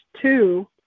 two